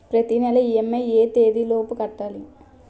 ప్రతినెల ఇ.ఎం.ఐ ఎ తేదీ లోపు కట్టాలి?